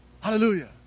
Hallelujah